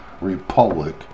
republic